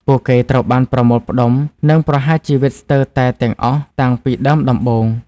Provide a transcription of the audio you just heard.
ពួកគេត្រូវបានប្រមូលផ្តុំ និងប្រហារជីវិតស្ទើរតែទាំងអស់តាំងពីដើមដំបូង។